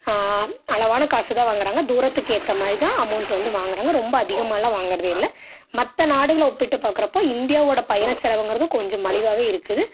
அளவான காசுதான் வாங்குறாங்க தூரத்துக்கு ஏற்ற மாதிரிதான் அமௌண்ட் வந்து வாங்குகிறாங்க ரொம்ப அதிகமாலாம் வாங்குறதே இல்லை மற்ற நாடுகளை ஒப்பிட்டு பாரக்குறப்ப இந்தியாவோட பயண செலவுங்கிறது கொஞ்சம் மலிவாகவே இருக்குது